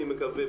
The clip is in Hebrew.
אני מקווה,